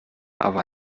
aber